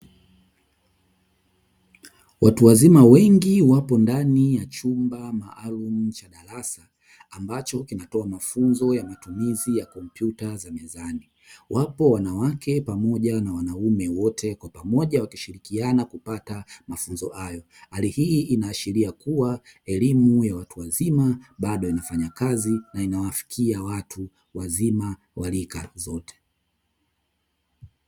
Watu wazima wengi wapo ndani ya chumba maalumu cha darasa ambacho kinatoa mafunzo ya matumizi ya kompyuta za mezani wapo wanawake pamoja na wanaume wote kwa pamoja wakishirikiana kupata mafunzo hayo. Hali hii inaashiria kuwa elimu ya watu wazima bado inafanya kazi na inawafikia watu wazima wa rika zote.